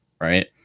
right